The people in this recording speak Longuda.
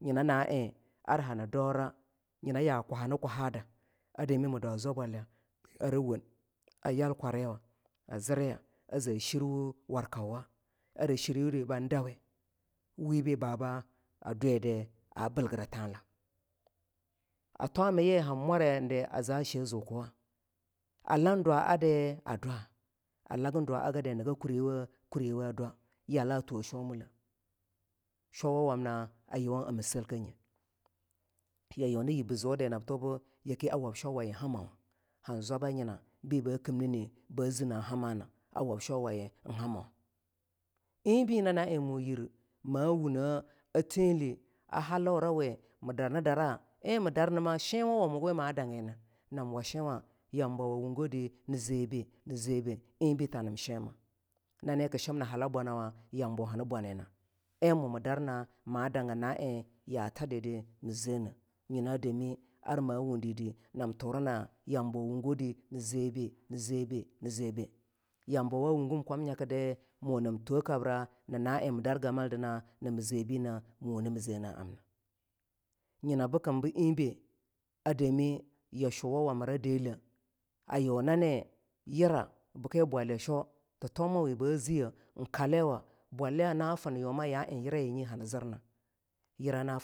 nyina a eing kar kani daura ar yaah kwahea-ni kwahada a dami mii dwa zwabwalya ara woanga yal kwariwa a ziriya a zoi shiwu warkowah ara sheriwudi ban dawi wabi baba a dweda haa bilgira thahla a twamiyii han mwarenida a za sheah zukeahwa a lang dwaadi a dwa, a lagi dwa agadi a niga kuriwoh kuriwoh dwah yala thuwon sheaw mile shawawamna a yuwang amasel keange ya yuna yibbi zuddi naba thuwabu yake a wab shwawayea hamawa han zwabayina bii ba kimnini ba zii naa hamana a wabshwawaye eing hammoh eing be nyina a eing moh yir ma wunne a theali a halaurawi mii darnidara, eing mii darnima shenwawa wea ma dangina namwa shenwa yambo wungodi ii zebe nii zebe eing be thanim shima nani kii shimna hala bwanawa yambo hani bwanina eing mu mii darna maa danga na eing yatadida i zea neah nyina dami ar ma wundi di nam turnia yambo wungodi nii zabe nii zebe. Yambawa wungim kwamnyakidi munam two kabra naa na eing mii dar gamallira namii zee beane nam toah kabra mi wungne mii zea na amna nyina bikim bu eingbe a dami yashuwa wamira deleh a Yunani yira bikeah Bwalya sheaw thitomi we ba ziyeh eing kaliwa Bwalya naa finyoma na eing yira ya nyi hani zirna yira na finyoma ya eing bwalyanyi hani zirna.